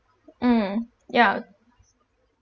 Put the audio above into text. mm ya